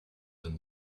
than